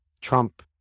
Trump